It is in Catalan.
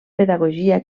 pedagogia